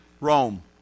Rome